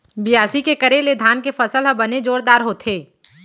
बियासी के करे ले धान के फसल ह बने जोरदार होथे